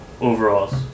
overalls